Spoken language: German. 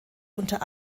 unter